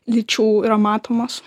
lyčių yra matomos